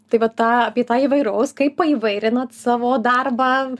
tai va tą apie tą įvairaus kaip paįvairinat savo darbą